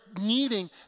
needing